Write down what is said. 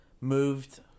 Moved